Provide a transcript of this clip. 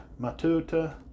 Matuta